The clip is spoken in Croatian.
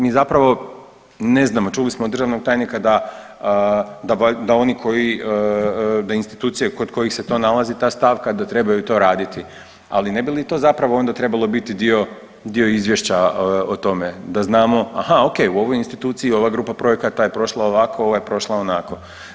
Mi zapravo ne znamo, čuli smo od državnog tajnika da, da oni koji, da institucije kod kojih se to nalazi ta stavka da trebaju to raditi, ali ne bi li to zapravo onda trebalo biti dio, dio izvješća o tome da znamo, aha ok u ovoj instituciji ova grupa projekata je prošla ovako, ova je prošla onako.